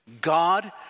God